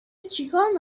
چیکار